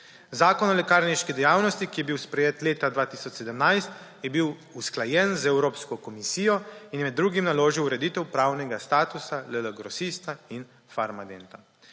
Zakon o lekarniški dejavnosti, ki je bil sprejet leta 2017, je bil usklajen z Evropsko komisijo in je med drugim naložil ureditev pravnega statusa LL Grosista in Farmadenta.